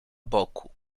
boku